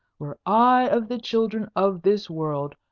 were i of the children of this world,